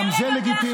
גם זה לגיטימי.